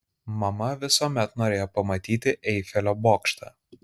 mama visuomet norėjo pamatyti eifelio bokštą